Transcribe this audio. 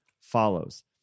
follows